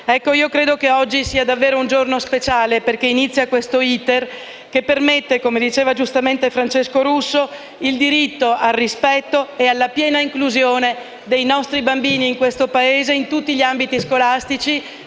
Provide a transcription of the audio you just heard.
professionalità. Oggi è davvero un giorno speciale, perché inizia questo *iter* che permette, come diceva giustamente il relatore Francesco Russo, il diritto al rispetto e alla piena inclusione dei nostri bambini in questo Paese in tutti gli ambiti scolastici,